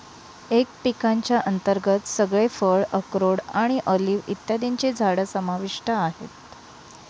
M पिकांच्या अंतर्गत सगळे फळ, अक्रोड आणि ऑलिव्ह इत्यादींची झाडं समाविष्ट आहेत